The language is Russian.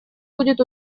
будет